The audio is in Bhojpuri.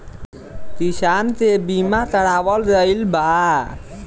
किसान के बीमा करावल गईल बा